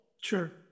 Sure